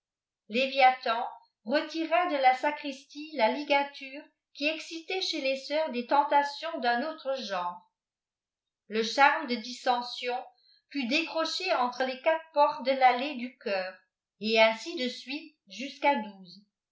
lëvialhan retira de ta sacristie la bgaturvqoieidlaik'ittiex les sœnrsdéê tentations d'un autre genre ti irfi le charme de dissension fat décroché entre les quatre portés dé tanieda ttttturv ftiii de ttlte jusqu'à douze